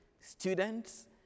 Students